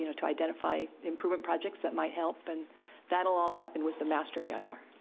you know to identify improvement projects that might help, and that'll all happen with the master yeah eir.